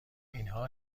اینها